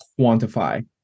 quantify